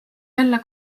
jälle